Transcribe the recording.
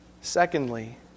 secondly